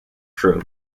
crew